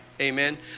amen